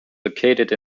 located